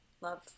Love